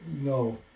No